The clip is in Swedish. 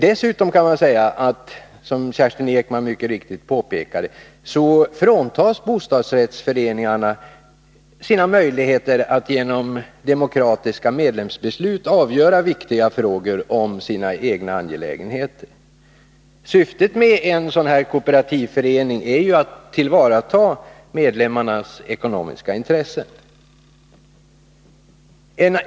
Dessutom kan man säga, som Kerstin Ekman mycket riktigt påpekade, att bostadsrättsföreningarna fråntas sina möjligheter att genom demokratiska medlemsbeslut avgöra viktiga frågor om sina egna angelägenheter. Syftet med en kooperativ förening är ju att tillvarata medlemmarnas ekonomiska intressen.